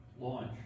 launch